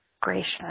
gracious